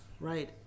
right